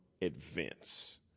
events